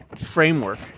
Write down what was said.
framework